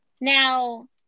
Now